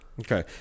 Okay